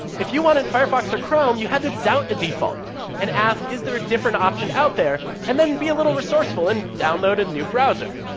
if you wanted firefox or chrome, you had to doubt the default and ask, is there a different option out there, and then be a little resourceful and download a new browser.